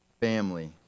family